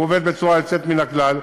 והוא עובד בצורה יוצאת מן הכלל,